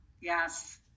yes